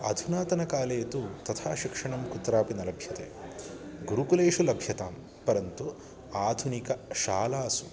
अधुनातनकाले तु तथा शिक्षणं कुत्रापि न लभ्यते गुरुकुलेषु लभ्यतां परन्तु आधुनिकशालासु